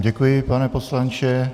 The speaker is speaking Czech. Děkuji vám, pane poslanče.